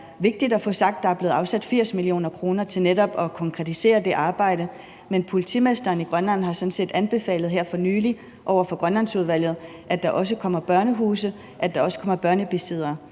det er vigtigt at få sagt, at der er blevet afsat 80 mio. kr. til netop at konkretisere det arbejde. Men politimesteren i Grønland har sådan set her for nylig anbefalet over for Grønlandsudvalget, at der også kommer børnehuse og børnebisiddere.